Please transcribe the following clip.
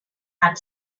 had